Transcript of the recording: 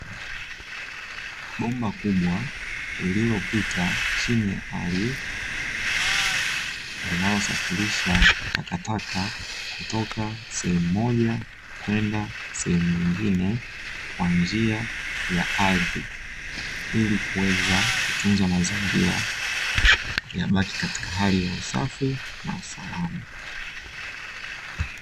Bomba kubwa lililopita chini ya ardhi, linalosafirisha takataka kutoka sehemu moja kwenda sehemu nyingine kwa njia ya ardhi. Ili kuweza kutunza mazingira ya maji katika hali ya usafi na salama.